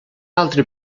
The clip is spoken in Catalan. altre